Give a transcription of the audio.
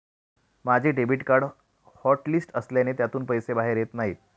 माझे debit card hotlist असल्याने त्यातून पैसे बाहेर येत नाही